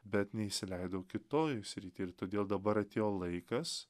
bet neįsileidau kitoj srityj ir todėl dabar atėjo laikas